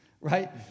right